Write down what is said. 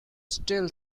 still